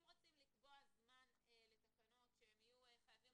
אם רוצים לקבוע זמן לתקנות שהם יהיו חייבים